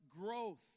growth